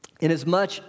inasmuch